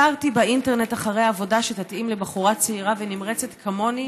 תרתי באינטרנט אחר עבודה שתתאים לבחורה צעירה ונמרצת כמוני,